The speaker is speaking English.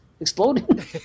exploding